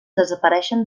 desapareixen